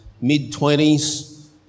mid-twenties